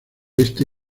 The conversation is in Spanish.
este